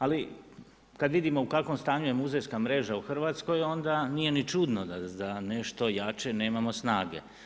Ali kad vidimo u kakvom stanju je muzejska mreža u Hrvatskoj, onda nije ni čudno da za nešto jače nemamo snage.